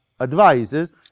advises